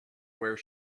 where